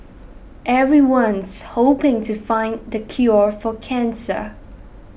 everyone's hoping to find the cure for cancer